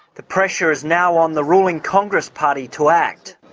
the pressure is now on the ruling congress party to act.